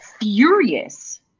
furious